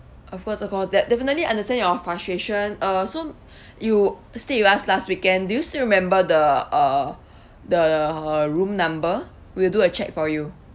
of course of co~ def~ definitely understand your frustration uh so you stayed with us last weekend do you still remember the uh the room number we'll do a check for you